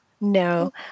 no